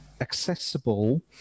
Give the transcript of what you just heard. accessible